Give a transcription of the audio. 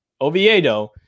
Oviedo